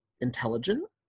intelligent